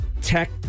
tech